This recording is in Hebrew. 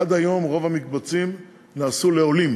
עד היום רוב המקבצים נעשו לעולים,